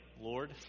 Lord